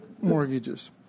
mortgages